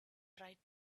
tried